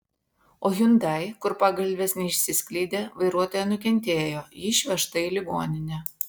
o hyundai kur pagalvės neišsiskleidė vairuotoja nukentėjo ji išvežta į ligoninę